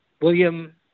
william